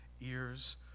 ears